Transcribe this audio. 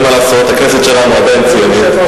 אין מה לעשות, הכנסת שלנו עדיין ציונית.